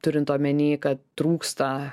turint omenyje kad trūksta